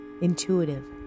intuitive